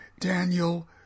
Daniel